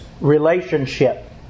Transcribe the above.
relationship